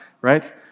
right